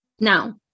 Now